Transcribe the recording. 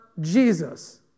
Jesus